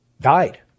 died